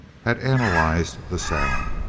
had analyzed the sound.